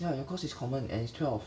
yeah your course is common and it's twelve